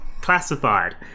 Classified